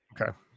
Okay